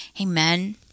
Amen